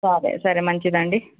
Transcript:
సరే సరే మంచిది అండి